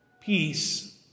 Peace